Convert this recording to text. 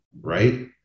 right